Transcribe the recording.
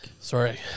Sorry